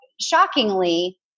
shockingly